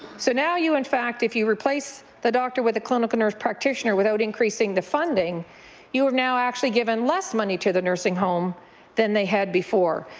so now you in fact if you replace the doctor with a clinic nurse practitioner without increasing the funding you have now given less money to the nursing home than they had before,